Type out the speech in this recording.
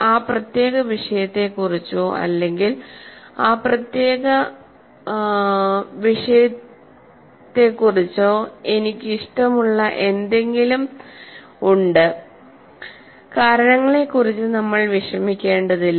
ആ പ്രത്യേക വിഷയത്തെക്കുറിച്ചോ അല്ലെങ്കിൽ ആ പ്രത്യേക വിഷയത്തെക്കുറിച്ചോ എനിക്കിഷ്ടമുള്ള എന്തെങ്കിലും ഉണ്ട് കാരണങ്ങളെക്കുറിച്ച് നമ്മൾ വിഷമിക്കേണ്ടതില്ല